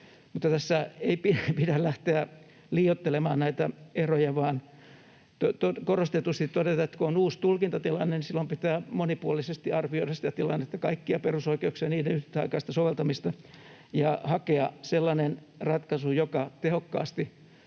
tässä ei pidä lähteä liioittelemaan näitä eroja vaan korostetusti todeta, että kun on uusi tulkintatilanne, niin silloin pitää monipuolisesti arvioida sitä tilannetta, kaikkia perusoikeuksia ja niiden yhtäaikaista soveltamista, ja hakea sellainen ratkaisu, joka tehokkaasti